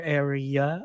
area